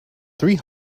three